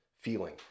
feeling